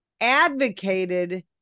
advocated